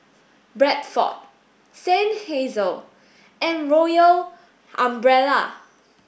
Bradford Seinheiser and Royal Umbrella